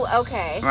okay